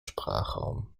sprachraum